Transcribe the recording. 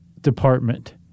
Department